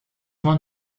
man